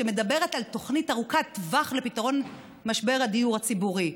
שמדברת על תוכנית ארוכת טווח לפתרון משבר הדיור הציבורי.